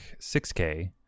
6K